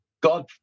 God